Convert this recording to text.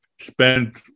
spent